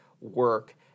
work